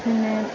പിന്നെ